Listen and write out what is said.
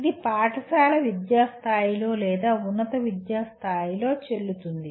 ఇది పాఠశాల విద్యా స్థాయిలో లేదా ఉన్నత విద్యా స్థాయిలో చెల్లుతుంది